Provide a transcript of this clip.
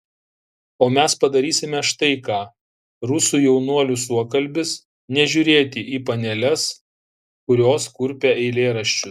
o mes padarysime štai ką rusų jaunuolių suokalbis nežiūrėti į paneles kurios kurpia eilėraščius